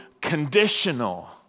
conditional